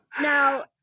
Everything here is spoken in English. Now